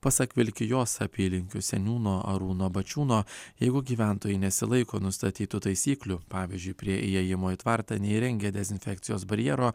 pasak vilkijos apylinkių seniūno arūno bačiūno jeigu gyventojai nesilaiko nustatytų taisyklių pavyzdžiui prie įėjimo į tvartą neįrengia dezinfekcijos barjero